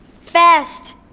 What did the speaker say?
Fast